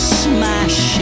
smash